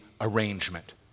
arrangement